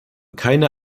keine